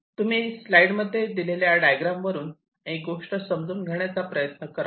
तुम्ही स्लाईड मध्ये दिलेल्या डायग्राम वरून एक गोष्ट समजून घेण्याचा प्रयत्न करा